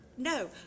no